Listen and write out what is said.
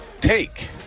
take